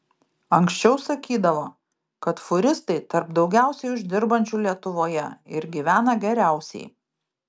anksčiau sakydavo kad fūristai tarp daugiausiai uždirbančių lietuvoje ir gyvena geriausiai